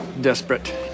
Desperate